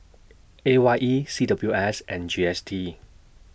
A Y E C W S and G S T